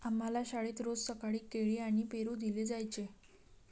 आम्हाला शाळेत रोज सकाळी केळी आणि पेरू दिले जायचे